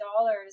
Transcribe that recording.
dollars